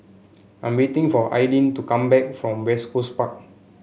I'm waiting for Aidyn to come back from West Coast Park